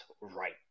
right